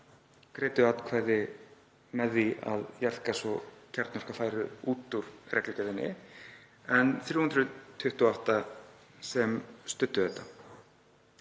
greiddu atkvæði með því að jarðgas og kjarnorka færu út úr reglugerðinni en 328 sem studdu þetta.